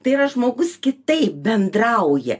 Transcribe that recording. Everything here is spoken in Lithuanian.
tai yra žmogus kitaip bendrauja